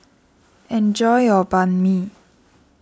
enjoy your Banh Mi